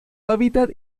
hábitat